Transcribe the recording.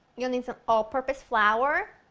ya'll need so all purpose flour,